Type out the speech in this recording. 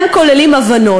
כוללים הבנות.